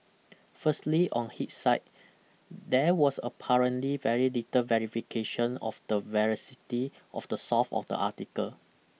firstly on hidsight there was apparently very little verification of the veracity of the source of the article